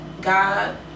god